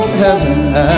heaven